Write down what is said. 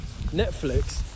Netflix